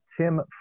Tim